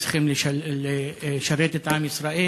הם צריכים לשרת את עם ישראל,